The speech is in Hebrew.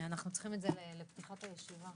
הישיבה